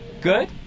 Good